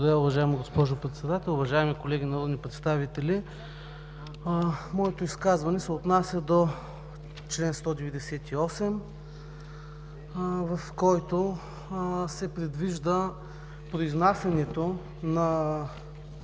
Благодаря, уважаема госпожо Председател. Уважаеми колеги народни представители, моето изказване се отнася до чл. 198, в който се предвижда произнасянето на